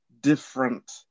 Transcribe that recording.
different